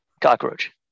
cockroach